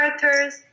characters